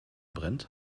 brennt